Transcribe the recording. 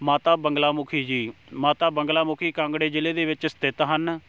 ਮਾਤਾ ਬੰਗਲਾ ਮੁਖੀ ਜੀ ਮਾਤਾ ਬੰਗਲਾ ਮੁਖੀ ਕਾਂਗੜੇ ਜ਼ਿਲ੍ਹੇ ਦੇ ਵਿੱਚ ਸਥਿਤ ਹਨ